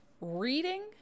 reading